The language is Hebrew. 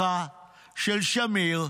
של שמיר,